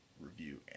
review